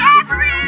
Jeffrey